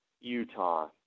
Utah